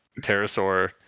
Pterosaur